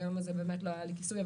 ביום הזה באמת לא היה לי כיסוי,